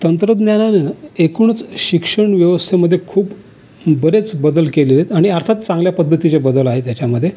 तंत्रज्ञानाने ना एकूणच शिक्षणव्यवस्थेमध्ये खूप बरेच बदल केले आहेत आणि अर्थात चांगल्या पद्धतीचे बदल आहेत त्याच्यामध्ये